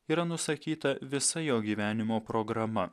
yra nusakyta visa jo gyvenimo programa